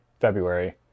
February